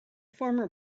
former